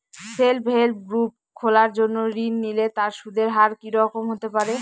Self help group খোলার জন্য ঋণ নিলে তার সুদের হার কি রকম হতে পারে?